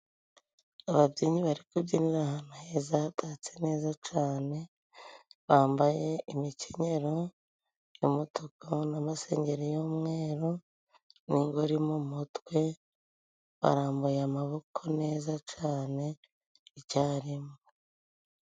Ababyinnyi bari kubyinira ahantu heza, hatatse neza cane, bambaye imikenyero y'umutuku n'amasengeri y'umweru, ingori mu mutwe, barambuye amaboko neza cane icyarimwe.